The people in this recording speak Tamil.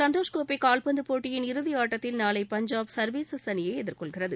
சந்தோஷ் கோப்பை கால்பந்து போட்டியின் இறுதி ஆட்டத்தில் நாளை பஞ்சாப் சர்வீஸஸ் அணியை எதிர்கொள்கிறது